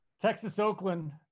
Texas-Oakland